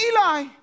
Eli